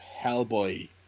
Hellboy